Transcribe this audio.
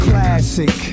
Classic